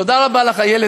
תודה רבה לך, איילת נחמיאס.